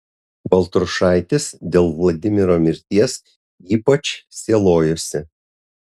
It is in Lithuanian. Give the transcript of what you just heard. baltrušaitis dėl vladimiro mirties ypač sielojosi